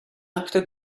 after